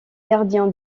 gardien